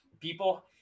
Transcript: people